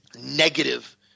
negative